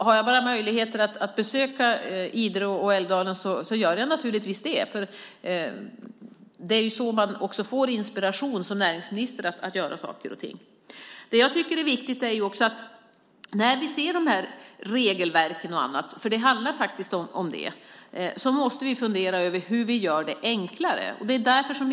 Har jag bara möjlighet att besöka Idre och Älvdalen gör jag naturligtvis det, för det är så man får inspiration som näringsminister att göra saker och ting. Jag tycker också att det är viktigt att fundera över hur vi ska göra regelverken enklare.